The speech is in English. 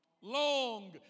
Long